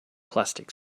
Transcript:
plastic